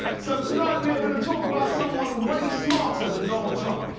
so tonight we're going to talk about someone way smarter than donald trump.